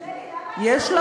שלי,